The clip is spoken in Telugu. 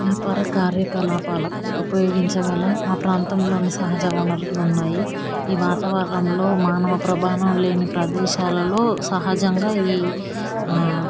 వ్యాపార కార్యకలాపాలకు ఉపయోగించగల మా ప్రాంతంలోని సహజవనరులు ఉన్నాయి ఈ వాతావరణంలో మానవ ప్రభావం లేని ప్రదేశాలలో సహజంగా ఈ